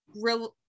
real